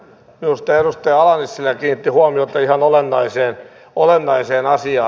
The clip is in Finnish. minusta edustaja ala nissilä kiinnitti huomiota ihan olennaiseen asiaan